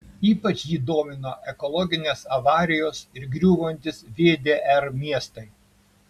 ypač jį domino ekologinės avarijos ir griūvantys vdr miestai